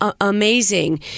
amazing